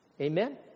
Amen